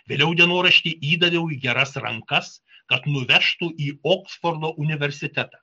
vėliau dienoraštį įdaviau į geras rankas kad nuvežtų į oksfordo universitetą